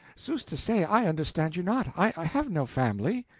sooth to say, i understand you not. i have no family.